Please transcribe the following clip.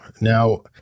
Now